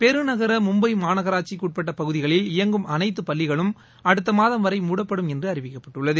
பெருநகர மும்பை மாநகராட்சிக்குட்பட்ட பகுதிகளில் இயங்கும் அனைத்து பள்ளிகளும் அடுத்தமாதம் வரை மூடப்படும் என்று அறிவிக்கப்பட்டுள்ளது